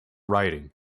writing